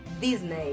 disney